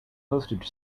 postage